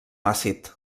àcid